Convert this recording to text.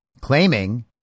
claiming